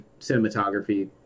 cinematography